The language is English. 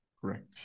correct